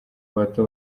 bato